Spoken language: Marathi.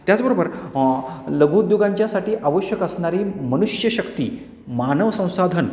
त्याचबरोबर लघुउद्योगांच्यासाठी आवश्यक असणारी मनुष्यशक्ती मानव संसाधन